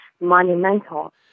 monumental